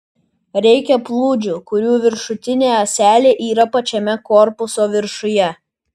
reikia plūdžių kurių viršutinė ąselė yra pačiame korpuso viršuje